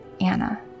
Anna